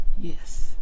Yes